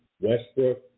Westbrook